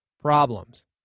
problems